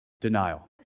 Denial